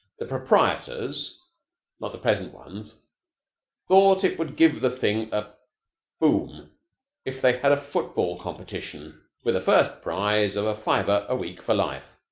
the proprietors not the present ones thought it would give the thing a boom if they had a football competition with a first prize of a fiver a week for life.